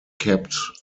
kept